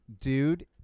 dude